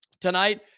Tonight